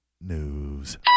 news